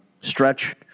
Stretch